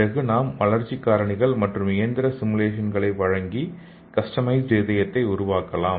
பிறகு நாம் வளர்ச்சி காரணிகள் மற்றும் இயந்திர சிமுலேசன்களை வழங்கி கஸ்டமைஸ்ட்ட்ட இதயத்தை உருவாக்கலாம்